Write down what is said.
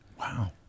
Wow